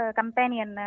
companion